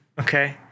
okay